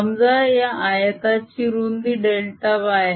समजा या आयताची रुंदी Δy आहे